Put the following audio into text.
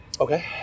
Okay